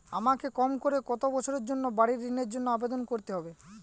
আমাকে কম করে কতো বছরের জন্য বাড়ীর ঋণের জন্য আবেদন করতে হবে?